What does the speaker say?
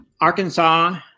Arkansas